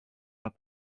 pas